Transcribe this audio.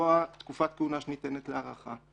לקבוע תקופת כהונה שניתנת להארכה,